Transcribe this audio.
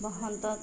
বসন্তত